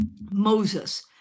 Moses